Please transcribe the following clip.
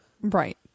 Right